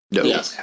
Yes